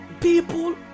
people